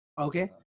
Okay